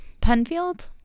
Penfield